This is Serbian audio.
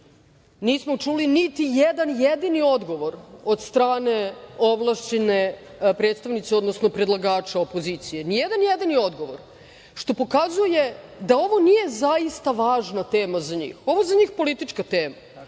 zakona, niti jedan jedini odgovor od strane ovlašćene predstavnice, odnosno predlagača opozicije. Ni jedan jedini odgovor, što pokazuje da ovo nije zaista važna tema za njih. Ovo je za njih politička tema